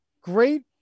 Great